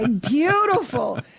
beautiful